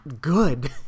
good